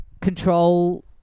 control